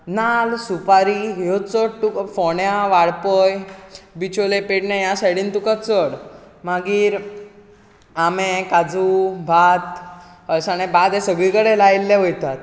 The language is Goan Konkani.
नाल्ल सुपारी ह्यो चड तुका फोंड्या वाळपय बिचोले पेडणे ह्या सायडीन तुका चड मागीर आंबे काजू भात अळसांदे भात हें सगळे कडेन लायिल्लें वयतात